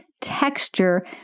texture